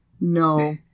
no